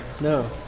No